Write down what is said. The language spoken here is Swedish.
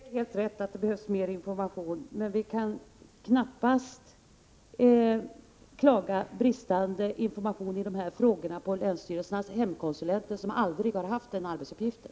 Herr talman! Det är helt rätt att det behövs mer information, men vi kan knappast skylla brister i informationen i de här frågorna på länsstyrelsernas hemkonsulenter, som aldrig har haft den arbetsuppgiften.